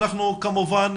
ואנחנו כמובן,